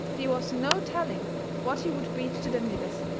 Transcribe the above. they was no telling what he would preach to them niggers.